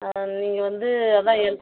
நீங்கள் வந்து அதுதான்